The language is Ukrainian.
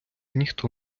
ніхто